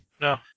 no